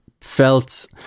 felt